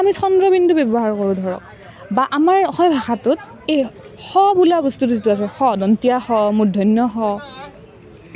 চন্দ্ৰবিন্দু ব্যৱহাৰ কৰোঁ ধৰক বা আমাৰ অসমীয়া ভাষাটোত এই স বোলা বস্তুটো যিটো আছে স দন্ত্য স মূৰ্ধণ্য় ষ